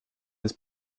his